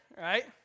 right